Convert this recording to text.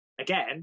again